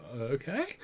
okay